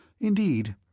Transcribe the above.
Indeed